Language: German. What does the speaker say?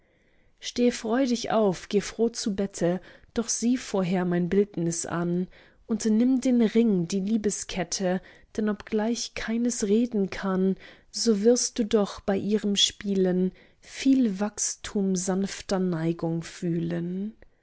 steh freudig auf geh froh zu bette doch sieh vorher mein bildnis an und nimm den ring die liebeskette denn obgleich keines reden kann so wirst du doch bei ihrem spielen viel wachstum sanfter neigung fühlen